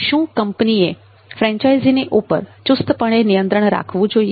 શું કંપનીએ ફ્રેન્ચાઇઝીની ઉપર ચુસ્તપણે નિયંત્રણ રાખવું જોઈએ